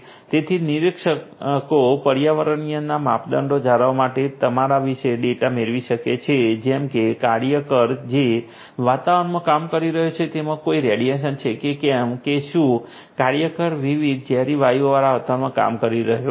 તેથી નિરીક્ષકો પર્યાવરણીય માપદંડો જાણવા માટે તમારા વિશે ડેટા મેળવી શકે છે જેમ કે કાર્યકર જે વાતાવરણમાં કામ કરી રહ્યો છે તેમાં કોઈ રેડિયેશન છે કે કેમ કે શું કાર્યકર વિવિધ ઝેરી વાયુઓવાળા વાતાવરણમાં કામ કરી રહ્યો છે